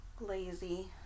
Lazy